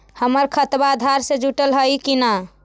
हमर खतबा अधार से जुटल हई कि न?